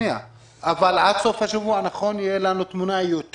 עד סוף השבוע תהיה לנו תמונה יותר